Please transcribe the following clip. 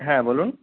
হ্যাঁ বলুন